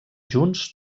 junts